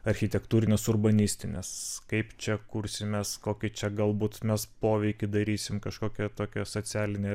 architektūrinės urbanistinės kaip čia kursimės kokį čia galbūt mes poveikį darysim kažkokią tokią socialinę